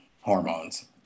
hormones